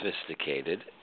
sophisticated